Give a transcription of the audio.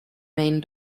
main